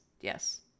Yes